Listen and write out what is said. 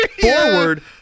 forward